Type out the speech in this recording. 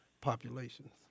populations